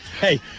Hey